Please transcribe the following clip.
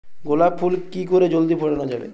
গোলাপ ফুল কি করে জলদি ফোটানো যাবে?